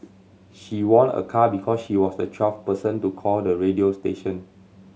she won a car because she was the twelfth person to call the radio station